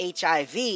HIV